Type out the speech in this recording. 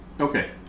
Okay